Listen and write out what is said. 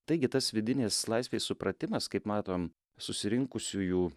taigi tas vidinis laisvės supratimas kaip matom susirinkusiųjų